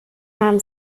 mam